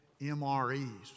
MREs